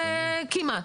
כמעט.